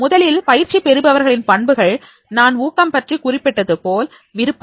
முதலில் பயிற்சி பெறுபவர்களின் பண்புகள் நான் ஊக்கம் பற்றி குறிப்பிட்டது போல் விருப்பம்